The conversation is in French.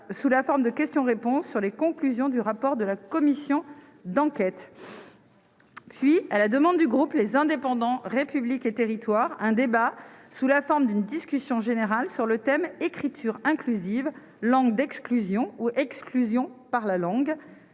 sous la forme de questions-réponses, sur les conclusions du rapport de la commission d'enquête ; puis, à la demande du groupe Les Indépendants- République et Territoires, un débat, sous la forme d'une discussion générale, sur le thème :« Écriture inclusive : langue d'exclusion ou exclusion par la langue ?